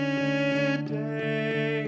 Midday